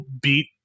beat